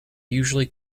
usually